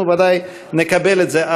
ואנחנו בוודאי נקבל את זה.